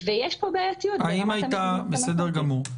ויש פה בעייתיות ברמת --- בסדר גמור.